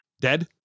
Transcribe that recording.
Dead